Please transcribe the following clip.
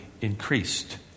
increased